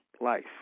life